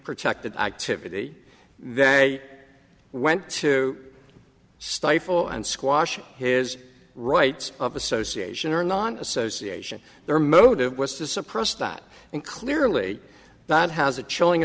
protected activity they went to stifle and squash his rights of association or non association their motive was to suppress that and clearly that has a chilling